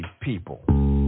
people